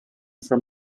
from